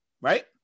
Right